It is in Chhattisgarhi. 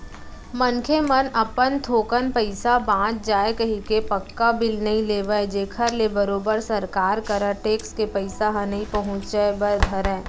मनखे मन अपन थोकन पइसा बांच जाय कहिके पक्का बिल नइ लेवन जेखर ले बरोबर सरकार करा टेक्स के पइसा ह नइ पहुंचय बर धरय